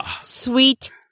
sweet